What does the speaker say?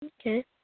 Okay